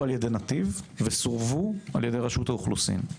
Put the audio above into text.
על ידי נתיב וסורבו על ידי רשות האוכלוסין.